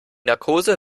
narkose